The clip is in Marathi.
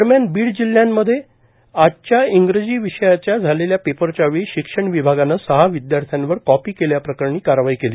दरम्यान बीड जिल्ह्यामध्ये आजच्या इंग्रजी विषयाच्या झालेल्या पेपरच्या वेळी शिक्षण विभागानं सहा विद्याथ्र्यांवर कॉपी केल्या प्रकरणी कारवाई केली